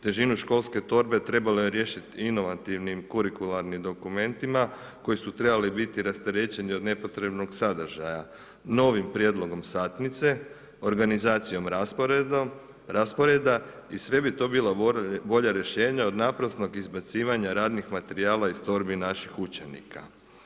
Težinu školske torbe trebalo riješiti inovativnim kurikularnim dokumentima koji su trebali biti rasterećeni od nepotrebnog sadržaja novim prijedlogom satnice, organizacijom rasporeda i sve bi to bila bolja rješenja od naprasnog izbacivanja radnih materijala iz torbi naših učenika.